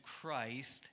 Christ